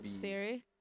theory